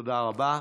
תודה רבה.